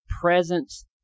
presence